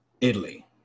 Italy